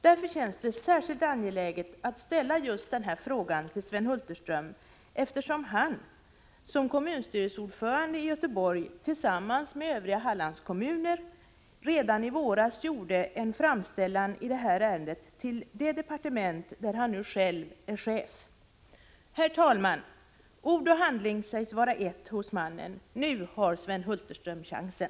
Därför känns det särskilt angeläget att ställa just den här frågan till Sven Hulterström, eftersom han som kommunstyrelseordförande i Göteborg tillsammans med övriga Hallandskommuner redan i våras gjorde en framställning i detta ärende till det departement där han nu själv är chef. Herr talman! Ord och handling sägs vara ett hos mannen. Nu har Sven Hulterström chansen.